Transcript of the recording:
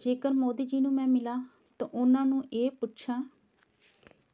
ਜੇਕਰ ਮੋਦੀ ਜੀ ਨੂੰ ਮੈਂ ਮਿਲਾ ਤਾਂ ਉਹਨਾਂ ਨੂੰ ਇਹ ਪੁੱਛਾ